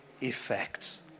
effects